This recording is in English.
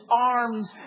arms